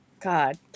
God